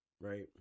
right